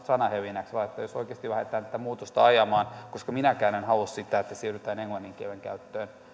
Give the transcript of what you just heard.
sanahelinäksi vaan oikeasti lähdetään tätä muutosta ajamaan koska minäkään en halua sitä että siirrytään englannin kielen käyttöön